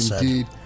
indeed